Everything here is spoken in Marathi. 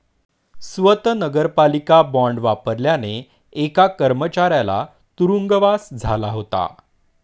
स्वत नगरपालिका बॉंड वापरल्याने एका कर्मचाऱ्याला तुरुंगवास झाला होता